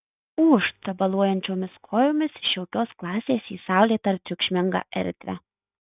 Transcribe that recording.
ūžt tabaluojančiomis kojomis iš jaukios klasės į saulėtą ir triukšmingą erdvę